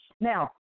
Now